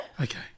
Okay